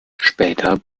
später